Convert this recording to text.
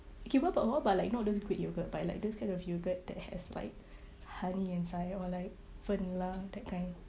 okay what about what about like not those greek yogurt but like those kind of yogurt that has like honey inside or like fern lah that kind